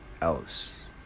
else